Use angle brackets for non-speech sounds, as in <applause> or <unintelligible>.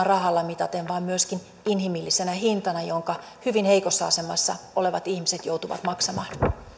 <unintelligible> rahalla mitaten vaan myöskin inhimillisenä hintana jonka hyvin heikossa asemassa olevat ihmiset joutuvat maksamaan